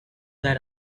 that